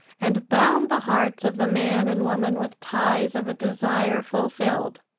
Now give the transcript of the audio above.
and bound the hearts of the man and woman with ties of a desire fulfilled.